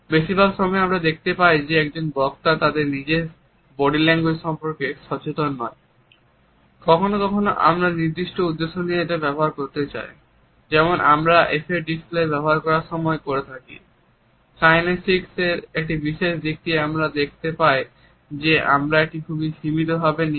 বেশিরভাগ সময় আমরা দেখতে পাই যে একজন বক্তা তাদের নিজের বডি ল্যাঙ্গুয়েজ সম্পর্কে সচেতন নয়